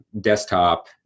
desktop